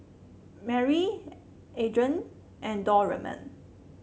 Marry Adrianne and Dorman